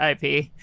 IP